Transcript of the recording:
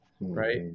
right